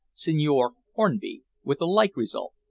signor hornby, with a like result.